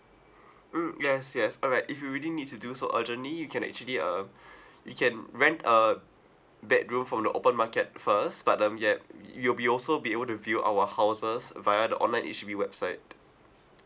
mm yes yes alright if you really need to do so urgently you can actually uh you can rent a bedroom from the open market first but um yup you'll be also be able to view our houses via the online H_D_B website